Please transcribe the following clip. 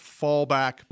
fallback